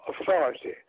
authority